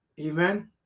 Amen